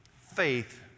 Faith